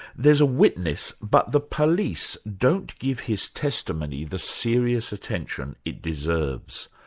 there's a witness, but the police don't give his testimony the serious attention it deserves.